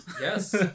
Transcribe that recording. Yes